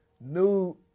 new